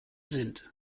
sind